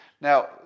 Now